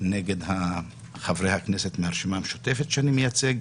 נגד חברי הכנסת מהרשימה המשותפת שאני מייצג,